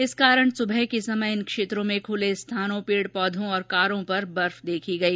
इस कारण सुबह के समय इन क्षेत्रो में खुले स्थानों पेड़पौधों और कारों पर बर्फ देखी गई